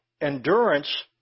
endurance